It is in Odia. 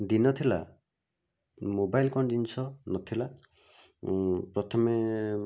ଦିନ ଥିଲା ମୋବାଇଲ୍ କ'ଣ ଜିନିଷ ନଥିଲା ଉଁ ପ୍ରଥମେ